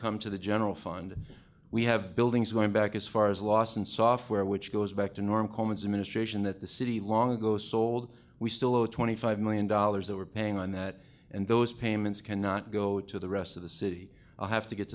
come to the general fund we have buildings going back as far as loss and software which goes back to norm coleman's administration that the city long ago sold we still owe twenty five million dollars that we're paying on that and those payments cannot go to the rest of the city i have to get